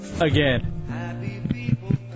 Again